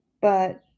But